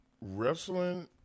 Wrestling